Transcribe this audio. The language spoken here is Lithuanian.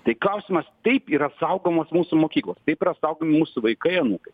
tai klausimas taip yra saugomos mūsų mokyklos taip yra saugomi mūsų vaikai anūkai